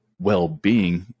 well-being